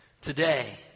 Today